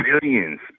billions